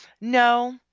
No